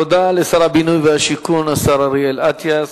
תודה לשר הבינוי והשיכון, השר אריאל אטיאס.